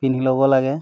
পিন্ধি ল'ব লাগে